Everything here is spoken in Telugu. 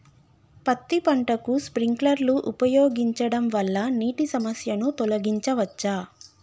పత్తి పంటకు స్ప్రింక్లర్లు ఉపయోగించడం వల్ల నీటి సమస్యను తొలగించవచ్చా?